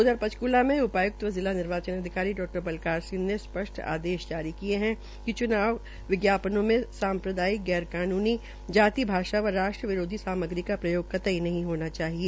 उधर पंचकूला में उपायुक्त व जिला निर्वाचन अधिकारी डा बलकार ने स्पष्ट आदेश जारी किये है कि च्नाव विज्ञापनों में साम्रदायिक गैर कानूनी जाति भाषा व राष्ट्र विरोधी सामग्री का प्रयोग कतड्र नहीं होना चाहिए